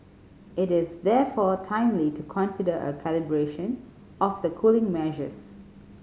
it is therefore timely to consider a calibration of the cooling measures